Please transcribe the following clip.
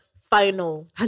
final